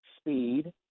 speed